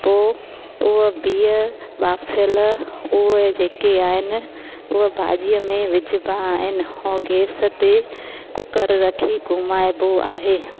पोइ उहा बिह बाफ़ियल उहे जेके आहिनि उहा भाॼीअ में विझिबा आहिनि ऐं खे गैस ते कुकर रखी घुमाइबो आहे